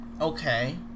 Okay